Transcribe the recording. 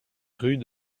rue